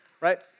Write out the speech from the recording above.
Right